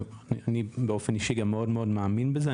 אני באופן אישי גם מאוד מאמין בזה.